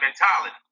mentality